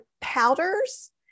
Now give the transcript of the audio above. powders